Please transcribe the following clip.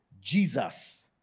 Jesus